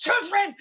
children